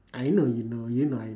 I know you know you know I know